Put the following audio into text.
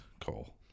Cole